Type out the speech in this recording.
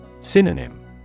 Synonym